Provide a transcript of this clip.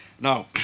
now